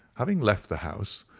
having left the house,